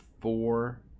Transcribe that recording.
four